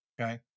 Okay